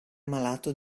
malato